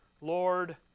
Lord